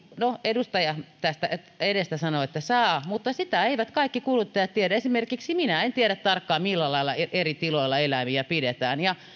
no edustaja tästä edestä sanoi että saa mutta sitä eivät kaikki kuluttajat tiedä esimerkiksi minä en tiedä tarkkaan millä lailla eri tiloilla eläimiä pidetään ja